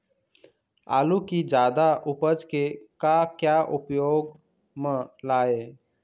आलू कि जादा उपज के का क्या उपयोग म लाए?